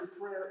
prayer